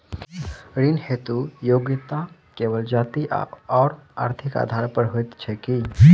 ऋण हेतु योग्यता केवल जाति आओर आर्थिक आधार पर होइत छैक की?